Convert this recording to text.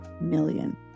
million